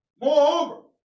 Moreover